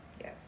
Yes